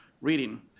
reading